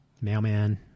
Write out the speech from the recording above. Mailman